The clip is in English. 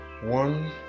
One